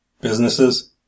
businesses